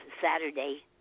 Saturday